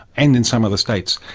and in some other states.